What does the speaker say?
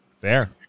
fair